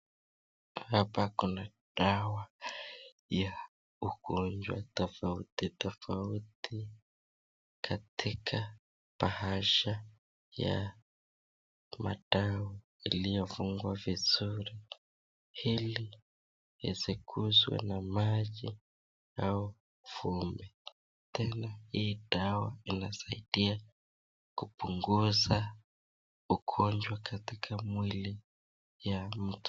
Hapa kuna dawa ya ugonjwa tofauti totauti katika bahasha ya madawa iliyofungwa vizuri ili isiguswe na maji au vumbi, tena hii dawa inasaidia kupunguza ugonjwa katika mwili ya mtu.